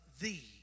thee